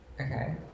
Okay